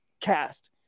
cast